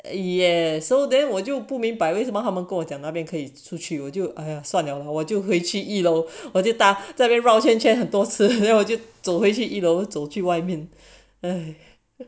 yeah so then 我就不明白为什么他们跟我讲那边可以出去我就哎呀算了我就会去一楼我就打这边绕圈圈很多次 then 我就走回去一楼走去